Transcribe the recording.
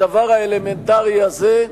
הדבר האלמנטרי הזה,